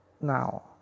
now